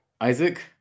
Isaac